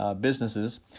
businesses